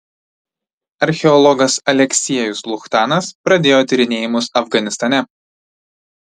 archeologas aleksiejus luchtanas pradėjo tyrinėjimus afganistane